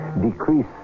Decrease